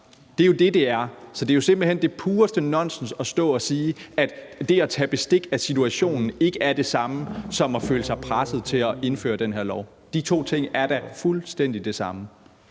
Det er jo det, det er. Så det er jo simpelt hen det pureste nonsens at stå og sige, at det at tage bestik af situationen ikke er det samme som at føle sig presset til at indføre den her lov. De to ting er da fuldstændig det samme.